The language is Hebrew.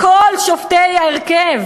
"כל שופטי ההרכב